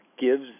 gives